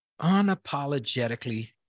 Unapologetically